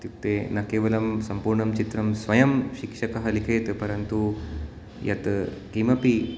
इत्युक्ते न केवलं सम्पूर्णं चित्रं स्वयं शिक्षकः लिखेत् परन्तु यत् किमपि